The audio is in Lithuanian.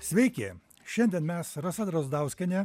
sveiki šiandien mes rasa drazdauskiene